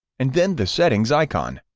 and then the settings icon.